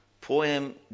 poem